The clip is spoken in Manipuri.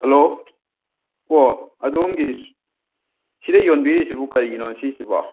ꯍꯦꯜꯂꯣ ꯑꯣ ꯑꯗꯣꯝꯒꯤ ꯁꯤꯗ ꯌꯣꯟꯕꯤꯔꯤꯁꯤꯕꯨ ꯀꯔꯤꯒꯤꯅꯣ ꯁꯤꯁꯤꯕꯣ